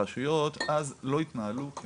הרשויות אז לא ניהלו את